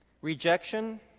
rejection